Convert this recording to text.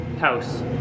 House